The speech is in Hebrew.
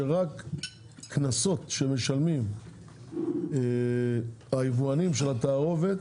שרק קנסות שמשלמים היבואנים של התערובת